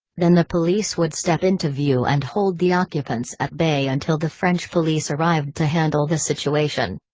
then the police would step into view and hold the occupants at bay until the french police arrived to handle the situation.